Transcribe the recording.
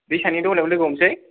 दैसानि दह्लायावनो लोगो हमसै